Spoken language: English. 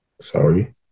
Sorry